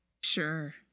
Sure